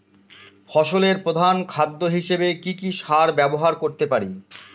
ফসলের প্রধান খাদ্য হিসেবে কি কি সার ব্যবহার করতে পারি?